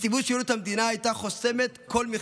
נציבות שירות המדינה הייתה חוסמת כל מכרז,